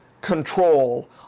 control